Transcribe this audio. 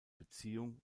beziehung